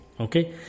okay